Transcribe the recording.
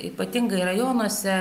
ypatingai rajonuose